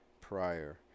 prior